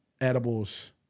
Edibles